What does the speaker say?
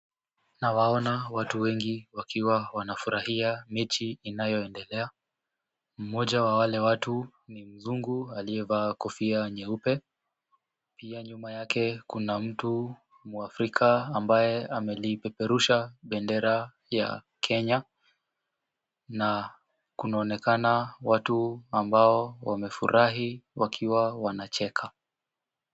Nawaona watu wengi wakiwa wanafurahia mechi inayoendelea. Mmoja wa wale watu ni mzungu aliyevaa kofia nyeupe. Pia nyuma yake kuna mtu Mwafrika ambaye amelipeperusha bendera ya Kenya. Na kunaonekana watu ambao wamefurahi wakiwa wanacheka.